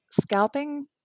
scalping